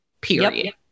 Period